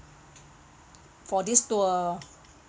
for this tour